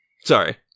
sorry